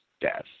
death